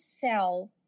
sell